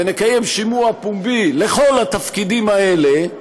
ונקיים שימוע פומבי לכל התפקידים האלה,